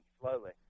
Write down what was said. slowly